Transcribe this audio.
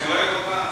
זה באמת לא מכובד.